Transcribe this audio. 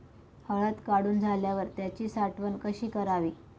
हळद काढून झाल्यावर त्याची साठवण कशी करावी?